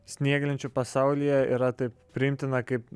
snieglenčių pasaulyje yra taip priimtina kaip